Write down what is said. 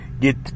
get